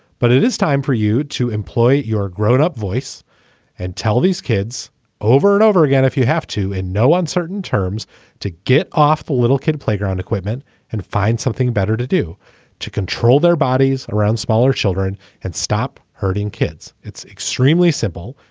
but it is time for you to employ your grown-up voice and tell these kids over and over again if you have to, in no uncertain terms to get off a little kid playground equipment and find something better to do to control their bodies around smaller children and stop hurting kids. it's extremely simple,